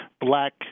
black